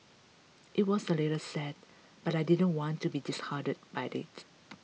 it was a little sad but I didn't want to be disheartened by it